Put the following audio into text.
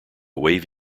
wave